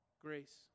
grace